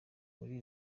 muri